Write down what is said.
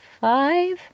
five